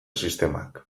sistemak